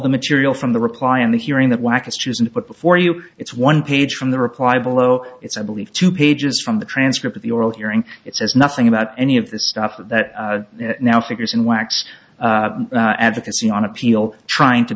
the material from the reply and the hearing that wacko's chooses to put before you it's one page from the reply below it's i believe two pages from the transcript of the oral hearing it says nothing about any of the stuff that now figures in wax advocacy on appeal trying to